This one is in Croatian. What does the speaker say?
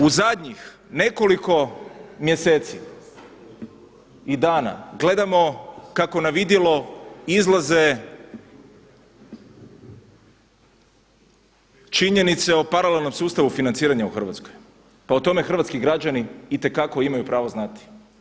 U zadnjih nekoliko mjeseci i dana gledamo kako na vidjelo izlaze činjenice o paralelnom sustavu financiranja u Hrvatskoj, pa o tome hrvatski građani itekako imaju pravo znati.